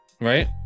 right